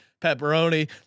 pepperoni